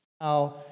now